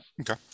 Okay